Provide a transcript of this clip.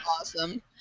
awesome